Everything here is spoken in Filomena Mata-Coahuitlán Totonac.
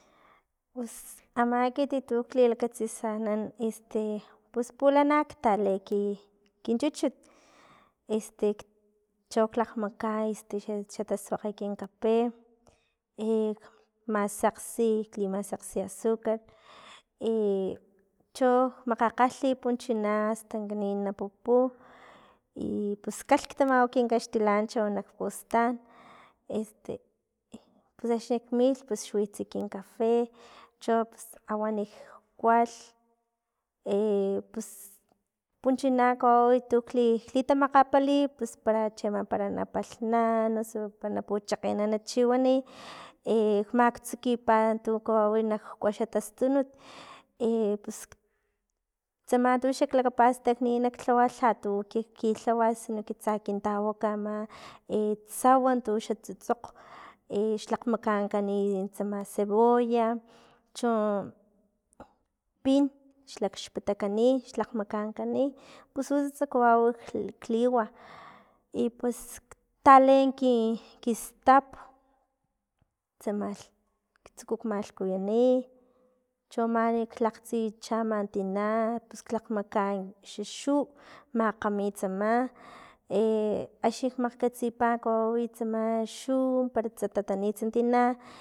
Pus ama ekit tu lilakatsisanan este pus pulana ktaleen kin chuchut este cho klakgmakaan xa tasuakga kin kape masakgsi y li masakgsi azucar cho makgakgalhi punchuna astan kanin pupu ipus kalh tamawa kin kaxtilancho nak pustan este pus axnik milh pus xwitsa kin kafe cho awanik kualh pus punchuna no tukli klitamakgapali pus para cheama para napalhnan osu para na puchakgenan chiwani maktsukipa tu kawawi nak kua xa tastunut pus tsama tu xaklakapastakni nak lhawa lhatuk ki- kilhawa sino que tsa kin tawaka e tsau untu xa tsutsokg e xlakgmakanikani tsama cebolla, cho, pin xlakxpatakani, xlakgmakankani, pus utsatsa kawau kliwa i pus talee ki- kistap tsamalh tsukulh malhkuyuni, cho manik laktsi chama tina pus lakgmakaa xa xuw makgami tsama axni kmakgkatsipalh kawawi tsama xuw para tsatatani tina.